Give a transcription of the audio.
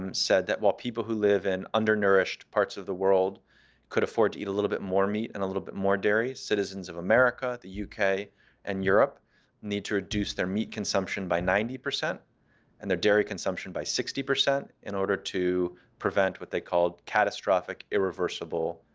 um said that while people who live in undernourished parts of the world could afford to eat a little bit more meat and a little bit more dairy, citizens of america, the yeah uk, and europe need to reduce their meat consumption by ninety percent and their dairy consumption by sixty percent in order to prevent what they called catastrophic, irreversible